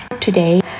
today